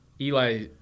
Eli